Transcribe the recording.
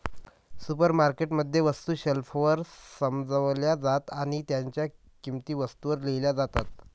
supermarket मध्ये, वस्तू शेल्फवर सजवल्या जातात आणि त्यांच्या किंमती वस्तूंवर लिहिल्या जातात